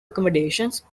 accommodations